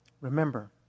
Remember